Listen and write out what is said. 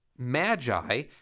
Magi